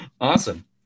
Awesome